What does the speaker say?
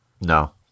No